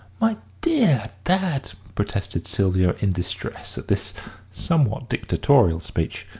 my dear dad! protested sylvia, in distress at this somewhat dictatorial speech.